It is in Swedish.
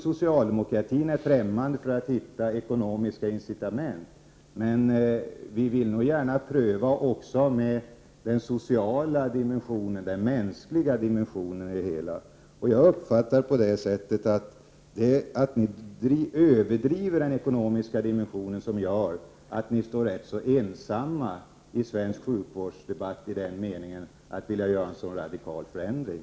Socialdemokratin är inte främmande för att hitta ekonomiska incitament, men vi vill gärna pröva att också ta med den sociala dimensionen, den mänskliga dimensionen i det hela. Jag uppfattar det så att det är det faktum att ni överdriver den ekonomiska dimensionen som gör att ni står rätt så ensamma i svensk sjukvårdsdebatt, i den meningen att ni vill göra en så radikal förändring.